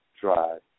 drive